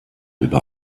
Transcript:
über